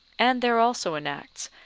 and there also enacts,